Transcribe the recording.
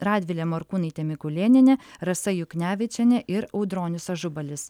radvilė morkūnaitė mikulėnienė rasa juknevičienė ir audronius ažubalis